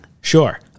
Sure